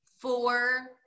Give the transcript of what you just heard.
four